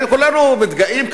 כולנו מתגאים,